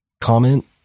comment